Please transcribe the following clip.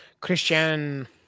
Christian